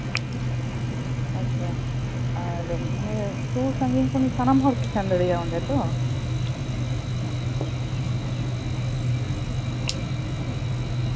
ᱟᱪᱪᱷᱟ ᱟᱨ ᱢᱟᱱᱮ ᱥᱩᱨ ᱥᱟᱺᱜᱤᱧ ᱠᱷᱚᱱ ᱥᱟᱱᱟᱢ ᱦᱚᱲ ᱠᱚ ᱥᱮᱱ ᱫᱟᱲᱮᱭᱟᱜᱼᱟ ᱚᱸᱰᱮ ᱛᱚ